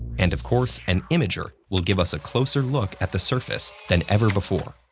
and of course, an imager will give us a closer look at the surface than ever before.